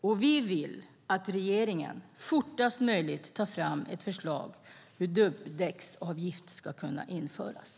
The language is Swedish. Vi vill därför att regeringen fortast möjligt tar fram ett förslag om hur dubbdäcksavgift ska kunna införas.